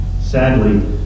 Sadly